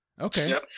Okay